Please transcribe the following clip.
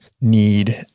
need